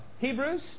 Hebrews